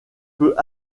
peut